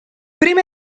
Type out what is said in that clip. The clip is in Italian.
primo